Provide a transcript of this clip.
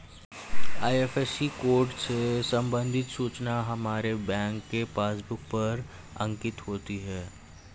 IFSC code से संबंधित सूचना हमारे बैंक के पासबुक पर अंकित होती है